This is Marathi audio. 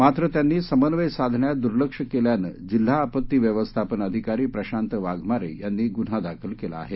मात्र त्यांनी समन्वय साधण्यात दूर्लक्ष केल्याने जिल्हा आपत्ती व्यवस्थापन अधिकारी प्रशांत वाघमारे यांनी गुन्हा दाखल केला आहे